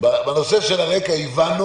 בנושא של הרקע הבנו.